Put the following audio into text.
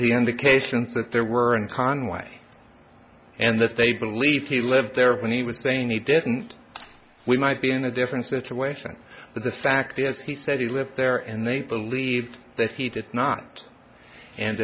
been he indicated that there were in conway and that they believe he lived there when he was saying he didn't we might be in a different situation but the fact is he said he lived there and they believe that he did not and